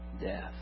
death